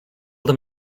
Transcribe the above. them